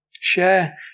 Share